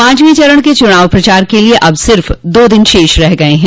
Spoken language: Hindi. पांचवें चरण के चुनाव प्रचार के लिये अब सिर्फ दो दिन शेष रह गये हैं